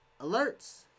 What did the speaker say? alerts